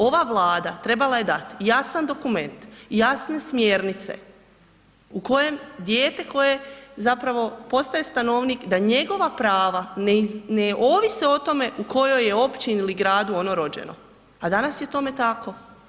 Ova Vlada trebala je dat jasan dokument, jasne smjernice u kojem dijete koje zapravo postaje stanovnik, da njegova prava ne ovise o tome u kojoj je općini ili gradu ono rođeno a danas je tome tako.